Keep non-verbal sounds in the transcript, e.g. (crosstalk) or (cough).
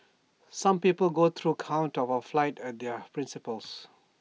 some people go to (unintelligible) court of A fight for their principles